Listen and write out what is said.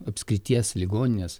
apskrities ligoninės